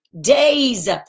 days